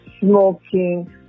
smoking